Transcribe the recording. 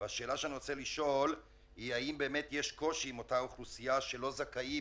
והשאלה שאני רוצה לשאול היא האם יש קושי עם אותה אוכלוסייה שלא זכאים